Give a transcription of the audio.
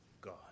God